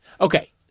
Okay